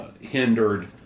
hindered